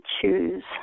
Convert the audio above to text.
choose